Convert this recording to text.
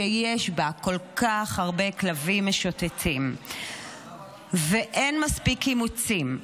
שיש בה כל כך הרבה כלבים משוטטים ואין מספיק אימוצים,